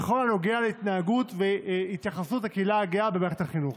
בכל הנוגע להתנהגות ולהתייחסות לקהילה הגאה במערכת החינוך?